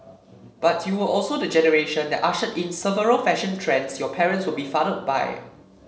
but you were also the generation that ushered in several fashion trends your parents were befuddled by